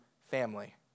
family